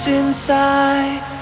inside